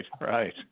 right